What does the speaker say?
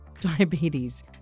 diabetes